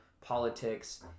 politics